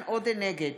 נגד